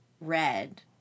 red